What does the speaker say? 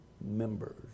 members